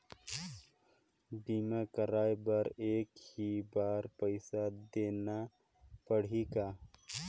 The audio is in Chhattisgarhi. बीमा कराय बर एक ही बार पईसा देना पड़ही का?